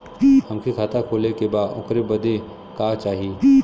हमके खाता खोले के बा ओकरे बादे का चाही?